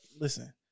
listen